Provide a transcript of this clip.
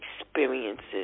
experiences